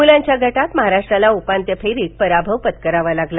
मूलांच्या गटात महाराष्ट्राला उपांत्य फेरीत पराभव पत्करावा लागला